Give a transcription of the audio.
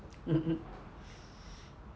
mm mm